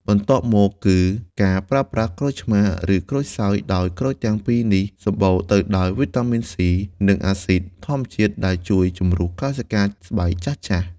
បន្ទាប់មកគឺ ការប្រើប្រាស់ក្រូចឆ្មារ ឬក្រូចសើច ដោយក្រូចទាំងពីរនេះសម្បូរទៅដោយវីតាមីន សុី (C) និងអាស៊ីដធម្មជាតិដែលជួយជម្រុះកោសិកាស្បែកចាស់ៗ។